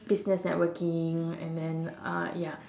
business networking and then uh ya